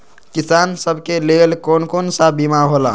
किसान सब के लेल कौन कौन सा बीमा होला?